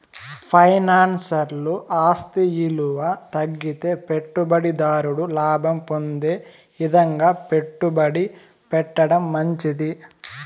ఫైనాన్స్ల ఆస్తి ఇలువ తగ్గితే పెట్టుబడి దారుడు లాభం పొందే ఇదంగా పెట్టుబడి పెట్టడం మంచిది